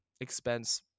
expense